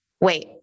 wait